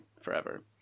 forever